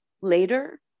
Later